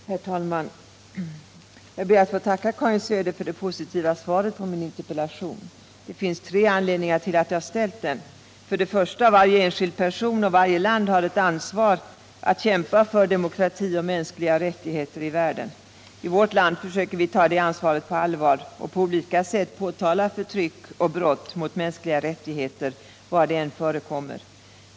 Herr talman! Jag ber att få tacka Karin Söder för det positiva svaret på min interpellation. Det finns tre anledningar till att jag framställt den. För det första har varje enskild person och varje land ett ansvar att kämpa för demokrati och mänskliga rättigheter i världen. I vårt land försöker vi ta det ansvaret på allvar och på olika sätt påtala förtryck och brott mot mänskliga rättigheter var de än förekommer.